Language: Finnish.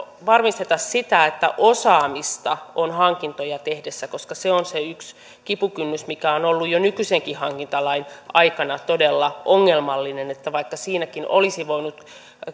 sitä että osaamista on hankintoja tehdessä koska se on se yksi kipukynnys mikä on ollut jo nykyisenkin hankintalain aikana todella ongelmallinen että vaikka siinäkin olisi voinut